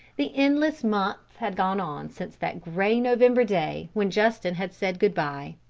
the endless months had gone on since that grey november day when justin had said good-bye.